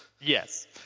Yes